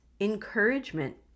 encouragement